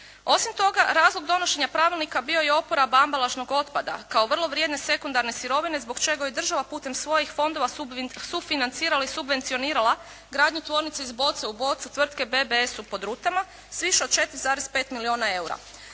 Osim toga, razlog donošenja pravilnika bio je …/Govornik se ne razumije./… ambalažnog otpada kao vrlo vrijedne sekundarne sirovine zbog čega je država putem svojih fondova sufinancirala i subvencionirala gradnju tvornice iz boce u bocu tvrtke BBS u Podrutama s više od 4,5 milijuna eura.